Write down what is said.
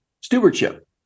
stewardship